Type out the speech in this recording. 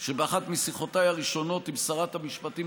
שבאחת משיחותיי הראשונות עם שרת המשפטים,